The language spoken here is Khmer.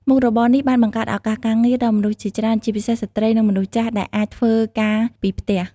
មុខរបរនេះបានបង្កើតឱកាសការងារដល់មនុស្សជាច្រើន ជាពិសេសស្ត្រី និងមនុស្សចាស់ ដែលអាចធ្វើការពីផ្ទះ។